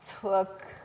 took